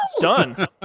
done